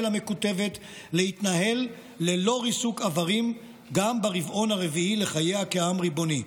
המקוטבת להתנהל ללא ריסוק איברים גם ברבעון הרביעי לחייה כעם ריבוני.